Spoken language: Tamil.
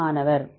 மாணவர் 8